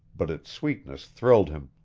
but its sweetness thrilled him.